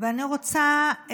ואני רוצה,